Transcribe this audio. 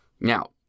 Now